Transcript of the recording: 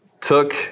took